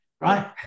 right